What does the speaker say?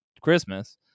Christmas